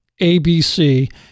ABC